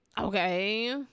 Okay